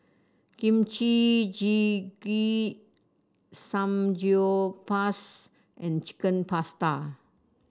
Kimchi Jjigae Samgyeopsal and Chicken Pasta